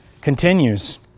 continues